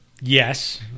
Yes